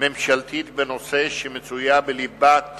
ממשלתית בנושא, שמצויה בליבת